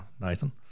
Nathan